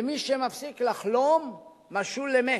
ומי שמפסיק לחלום משול למת.